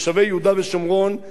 350,000 במספר,